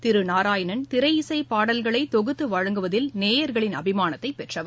திரு நாராயணன் திரை இசை பாடல்களை தொகுத்து வழங்குவதில் நேயர்களின் அபிமானத்தை பெற்றவர்